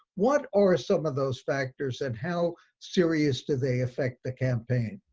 what are some of those factors and how serious do they affect the campaign?